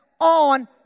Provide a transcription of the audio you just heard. on